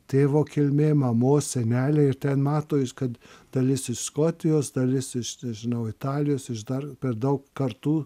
tėvo kilmė mamos seneliai ir ten mato jis kad dalis iš škotijos dalis iš nežinau italijos iš dar per daug kartų